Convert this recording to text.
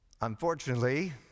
Unfortunately